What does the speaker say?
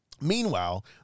Meanwhile